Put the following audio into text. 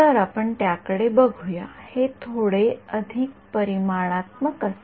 तर आपण त्याकडे बघूया हे थोडे अधिक परिमाणात्मक असेल